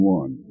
one